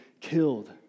killed